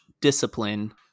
discipline